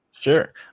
sure